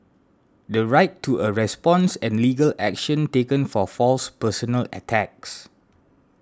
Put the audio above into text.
the right to a response and legal action taken for false personal attacks